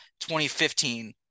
2015